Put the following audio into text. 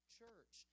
church